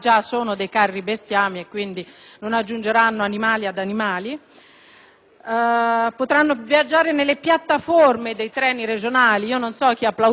potranno viaggiare nelle piattaforme dei treni regionali, e non so chi ha plaudito a questo accordo se ha mai viaggiato in una piattaforma di un treno regionale.